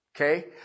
Okay